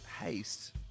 Haste